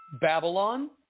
Babylon